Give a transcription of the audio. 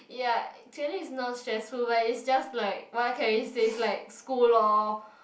ya actually it's not stressful but it's just like what can we say it's like school lor